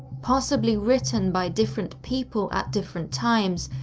possibly written by different people at different times,